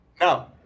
No